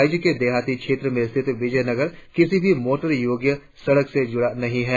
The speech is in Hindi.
राज्य के देहाती क्षेत्र में स्थित विजयनगर किसी भी मोटर योग्य सड़क से जुड़ा नहीं है